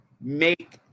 make